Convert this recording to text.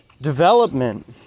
development